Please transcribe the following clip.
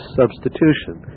substitution